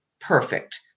perfect